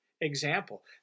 example